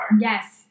yes